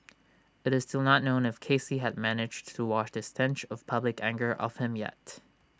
IT is still not known if Casey had managed to wash the stench of public anger off him yet